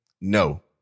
No